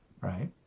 right